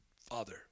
father